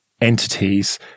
entities